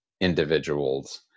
individuals